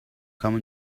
come